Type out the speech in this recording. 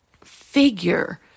figure